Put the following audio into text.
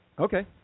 Okay